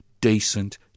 decent